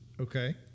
Okay